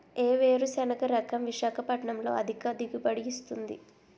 ఏ వేరుసెనగ రకం విశాఖపట్నం లో అధిక దిగుబడి ఇస్తుంది?